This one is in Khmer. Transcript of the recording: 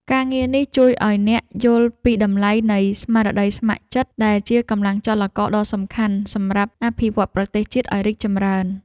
ការងារនេះជួយឱ្យអ្នកយល់ពីតម្លៃនៃ ស្មារតីស្ម័គ្រចិត្ត ដែលជាកម្លាំងចលករដ៏សំខាន់សម្រាប់អភិវឌ្ឍប្រទេសជាតិឱ្យរីកចម្រើន។